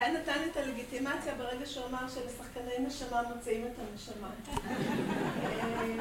נתן את הלגיטימציה' ברגע שהוא אמר שלשחקני נשמה מוצאים את הנשמה